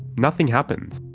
nothing happens.